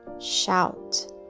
shout